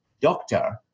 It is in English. doctor